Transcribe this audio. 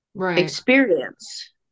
experience